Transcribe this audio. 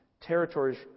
territories